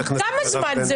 כמה זמן זה?